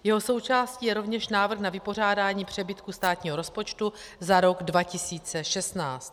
Jeho součástí je rovněž návrh na vypořádání přebytku státního rozpočtu za rok 2016.